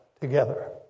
together